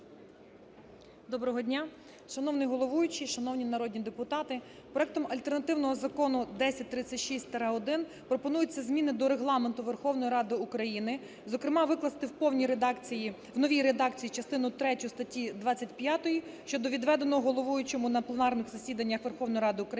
Доброго дня. Шановний головуючий, шановні народні депутати. Проектом альтернативного Закону 1036-1 пропонуються зміни до Регламенту Верховної Ради України, зокрема викласти в повній редакції… в новій редакції частину третю статті 25 щодо відведення головуючому на пленарних засіданнях Верховної Ради України